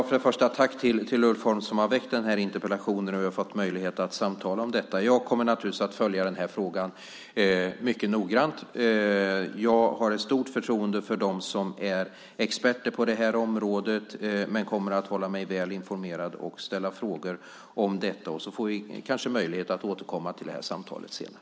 Fru talman! Tack, Ulf Holm, som har väckt den här interpellationen, för att vi har fått möjlighet att samtala om detta! Jag kommer naturligtvis att följa den här frågan noggrant. Jag har stort förtroende för dem som är experter på det här området, men jag kommer att hålla mig väl informerad och ställa frågor om detta. Så får vi kanske möjlighet att återkomma till detta samtal senare.